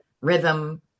rhythm